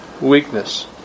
weakness